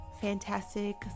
Fantastic